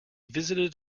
visited